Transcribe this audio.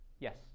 Yes